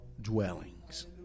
dwellings